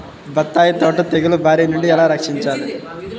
బత్తాయి తోటను తెగులు బారి నుండి ఎలా రక్షించాలి?